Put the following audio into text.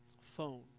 phone